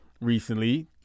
recently